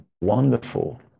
wonderful